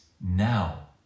now